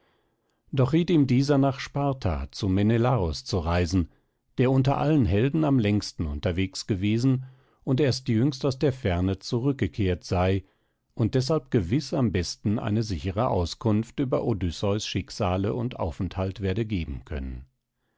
doch riet dieser ihm nach sparta zu menelaos zu reisen der unter allen helden am längsten unterwegs gewesen und erst jüngst aus der fremde zurückgekehrt sei und deshalb gewiß am besten eine sichere auskunft über odysseus schicksale und aufenthalt werde geben können